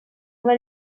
una